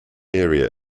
area